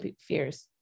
fears